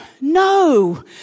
no